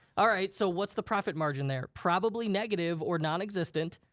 all right, so what's the profit margin there? probably negative or nonexistent.